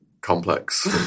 complex